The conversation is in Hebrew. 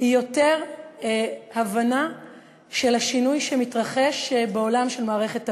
היא יותר הבנה של השינוי שמתרחש בעולם של מערכת הבריאות.